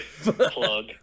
Plug